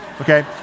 okay